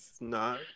No